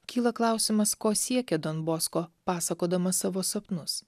kyla klausimas ko siekė don bosko pasakodamas savo sapnus